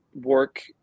work